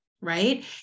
right